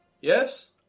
Yes